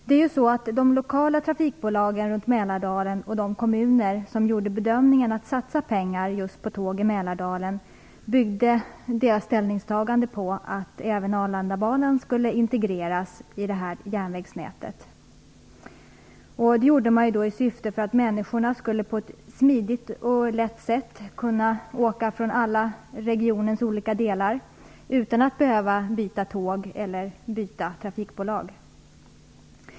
De lokala trafikbolagen runt Mälardalen och de kommuner som gjorde bedömningen att de ville satsa pengar just på tåg i Mälardalen byggde sina ställningstaganden på att även Arlandabanan skulle integreras i det här järnvägsnätet. De gjorde det med syftet att människor på ett smidigt och enkelt sätt skulle kunna åka från regionens alla delar utan att behöva byta tåg eller trafikbolag.